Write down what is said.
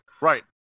right